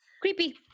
creepy